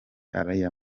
ariya